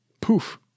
Poof